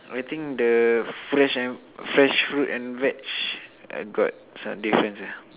I think the fresh and fresh fruit and veg uh got some difference ah